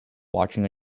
watching